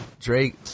Drake